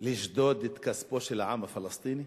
לשדוד את כספו של העם הפלסטיני?